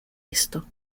esto